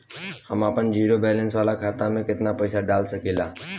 हम आपन zero balance वाला खाता मे केतना पईसा डाल सकेला?